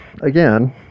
again